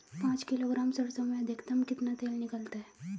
पाँच किलोग्राम सरसों में अधिकतम कितना तेल निकलता है?